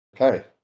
Okay